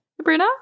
Sabrina